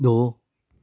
ਦੋ